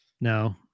No